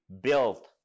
build